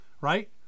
right